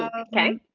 okay.